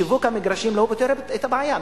שיווק המגרשים לא פותר את הבעיה.